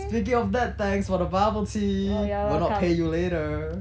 speaking of that thanks for the bubble tea will not pay you later